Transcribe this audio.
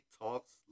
Talks